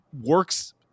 works